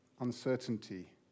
uncertainty